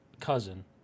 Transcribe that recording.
cousin